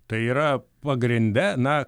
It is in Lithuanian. tai yra pagrinde na